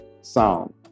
sound